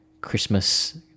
christmas